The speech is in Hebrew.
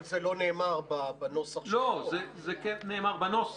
אבל זה לא נאמר בנוסח של --- זה כן נאמר בנוסח.